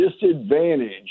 disadvantage